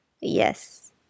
Yes